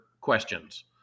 questions